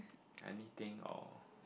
anything or